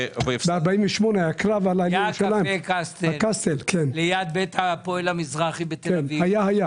היה קפה קסטל ליד בית הפועל המזרחי בתל אביב.